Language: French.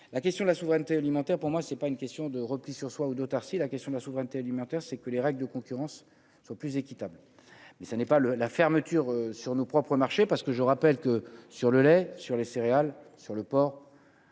la question de la souveraineté alimentaire, pour moi, c'est pas une question de repli sur soi ou d'autarcie, la question de la souveraineté alimentaire, c'est que les règles de concurrence soient plus équitable, mais ça n'est pas le la fermeture sur nos propres marchés parce que je rappelle que sur le lait, sur les céréales sur le port.